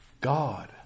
God